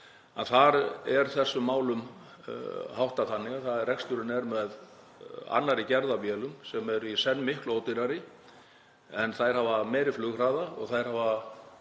þar er þessum málum háttað þannig að reksturinn er með annarri gerð af vélum sem eru í senn miklu ódýrari en hafa meiri flughraða og þær hafa